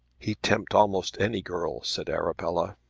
he'd tempt almost any girl, said arabella.